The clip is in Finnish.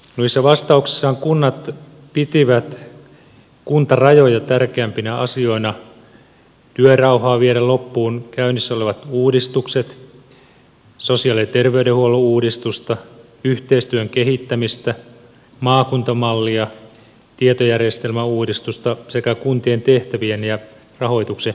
noissa vastauksissaan kunnat pitivät kuntarajoja tärkeämpinä asioina työrauhaa viedä loppuun käynnissä olevat uudistukset sosiaali ja terveydenhuollon uudistusta yhteistyön kehittämistä maakuntamallia tietojärjestelmäuudistusta sekä kuntien tehtävien ja rahoituksen uudistusta